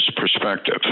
perspective